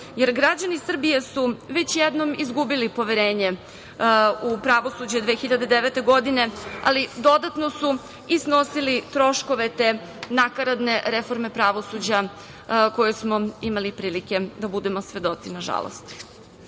jer građani Srbije su već jednom izgubili poverenje u pravosuđe 2009. godine, ali dodatno su i snosili troškove te nakaradne reforme pravosuđa koje smo imali prilike da budemo svedoci, nažalost. Danas